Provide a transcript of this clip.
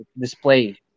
display